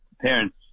parents